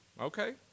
Okay